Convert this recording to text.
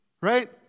Right